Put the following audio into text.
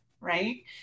Right